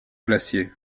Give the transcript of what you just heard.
glacier